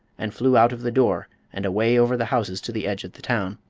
and flew out of the door and away over the houses to the edge of the town.